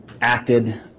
acted